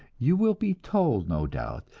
you will be told, no doubt,